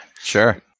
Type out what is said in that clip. Sure